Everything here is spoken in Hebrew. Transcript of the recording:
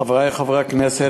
חברי חברי הכנסת,